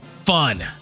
fun